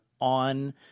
on